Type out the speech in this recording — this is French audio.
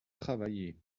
travailler